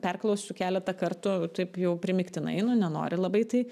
perklausiu keletą kartų taip jau primygtinai nu nenori labai tai